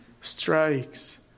strikes